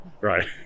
right